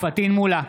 פטין מולא,